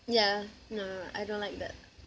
ya no I don't like that